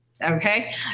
Okay